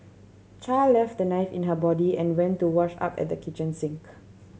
Char left the knife in her body and went to wash up at the kitchen sink